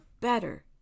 better